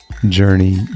journey